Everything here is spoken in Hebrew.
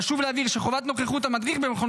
חשוב להבהיר שחובת נוכחות מדריך במכון